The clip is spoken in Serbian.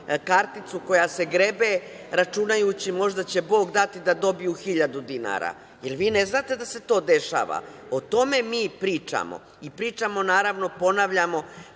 karticu koja se grebe, računajući možda će Bog dati da dobiju 1.000 dinara. Vi ne znate da se to dešava.O tome mi pričamo i pričamo, naravno, ponavljamo,